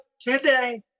today